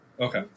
Okay